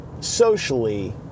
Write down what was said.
socially